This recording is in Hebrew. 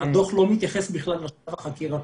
הדוח לא מתייחס בכלל מבחינה חקירתית,